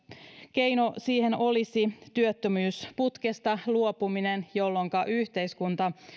keino siihen olisi työttömyysputkesta luopuminen jolloinka yhteiskunta